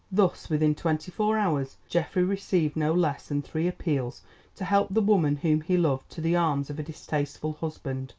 thus within twenty-four hours geoffrey received no less than three appeals to help the woman whom he loved to the arms of a distasteful husband.